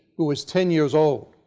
who is ten years old,